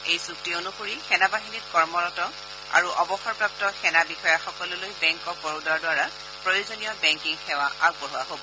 এই চুক্তি অনুসৰি সেনাবাহিনীত বৰ্তমান কৰ্মৰত আৰু অৱসৰপ্ৰাপ্ত সেনা বিষয়াসকললৈ বেংক অব বৰোদাৰ দ্বাৰা প্ৰয়োজনীয় বেংকিং সেৱা আগবঢ়োৱা হ'ব